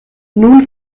nun